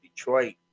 Detroit